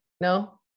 No